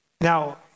Now